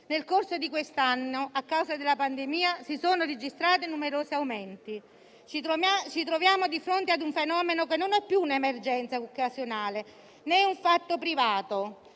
nel corso di quest'anno, a causa della pandemia, si sono registrati numerosi aumenti. Ci troviamo di fronte a un fenomeno che non è più un'emergenza occasionale, né un fatto privato,